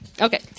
Okay